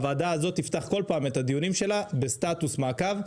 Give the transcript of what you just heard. הוועדה הזאת תפתח כל פעם את הדיונים שלה בסטטוס מעקב,